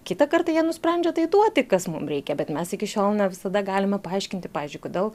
kitą kartą jie nusprendžia tai duoti kas mum reikia bet mes iki šiol ne visada galima paaiškinti pavyzdžiui kodėl